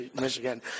Michigan